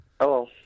Hello